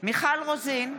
מיכל רוזין,